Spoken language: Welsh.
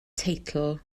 teitl